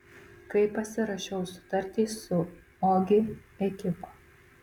kai pasirašiau sutartį su ogi ekipa